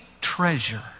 treasure